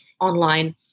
online